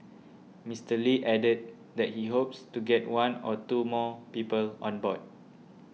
Mister Lee added that he hopes to get one or two more people on board